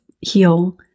heal